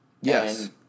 Yes